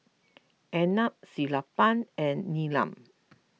Arnab Sellapan and Neelam